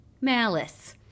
Malice